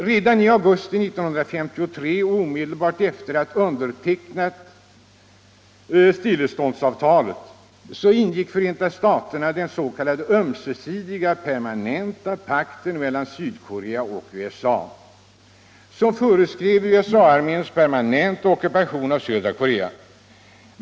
Redan i augusti 1953, omedelbart efter att ha undertecknat stilleståndsavtalet, ingick Förenta staterna den s.k. ömsesidiga permanenta pakten mellan Sydkorea och USA, som föreskrev USA-arméns perma nenta ockupation av södra Korea.